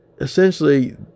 essentially